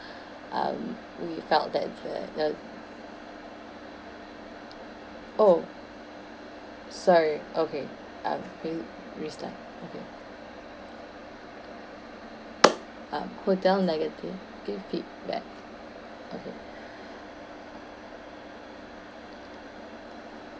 um we felt that the the oh sorry okay uh please restart okay um hotel negative feedback okay